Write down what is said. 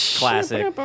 classic